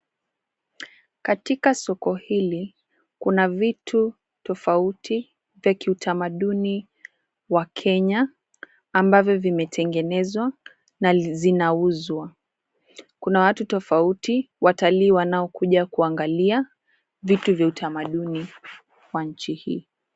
Katika soko hili kuna vitu tofauti vya kiutamaduni wa Kenya, ambavyo vimetengenezwa na zinauzwa. Kuna watu tofauti, watalii wanaokuja kuangalia vitu vya utamaduni wa nchi hii.